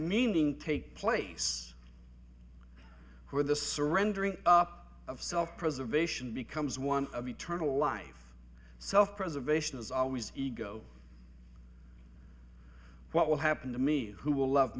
meaning take place where the surrendering up of self preservation becomes one of eternal life self preservation is always ego what will happen to me who will love